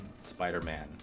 Spider-Man